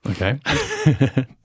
okay